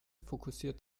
fokussiert